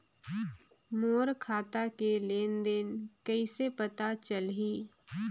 मोर खाता के लेन देन कइसे पता चलही?